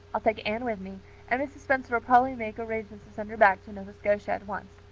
i'll take anne with me and mrs. spencer will probably make arrangements to send her back to nova scotia at once.